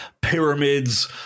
pyramids